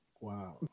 Wow